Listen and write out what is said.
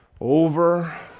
Over